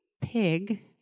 pig